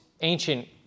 ancient